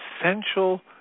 essential